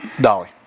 Dolly